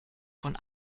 von